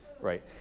right